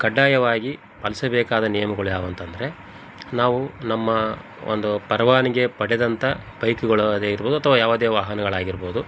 ಕಡ್ಡಾಯವಾಗಿ ಪಾಲಿಸಬೇಕಾದ ನಿಯಮಗಳು ಯಾವು ಅಂತಂದರೆ ನಾವು ನಮ್ಮ ಒಂದು ಪರವಾನಿಗೆ ಪಡೆದಂಥ ಬೈಕ್ಗಳು ಅದೇ ಇರ್ಬೋದು ಅಥವಾ ಯಾವುದೇ ವಾಹನಗಳಾಗಿರ್ಬೋದು